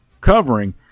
covering